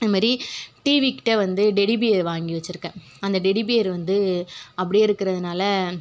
இந்த மாதிரி டிவிகிட்டே வந்து டெடி பியர் வாங்கி வச்சுருக்கேன் அந்த டெடி பியர் வந்து அப்படியே இருக்கிறதுனால